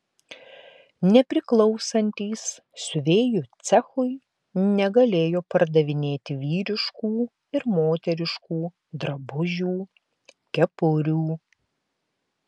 nepriklausantys siuvėjų cechui negalėjo pardavinėti vyriškų ir moteriškų drabužių kepurių